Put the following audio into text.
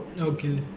Okay